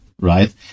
right